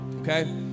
okay